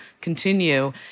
continue